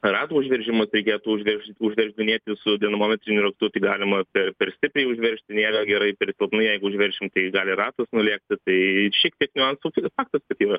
ratų užveržimas reikėtų užveržti užveržinėti su dinamometriniu raktu tai galima per stipriai užveržti nėra gerai per silpnai jeigu užveršim tai gali ratas nulėkti tai šiek tiek niuansų tai yra faktas kad yra